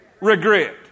regret